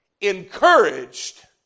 encouraged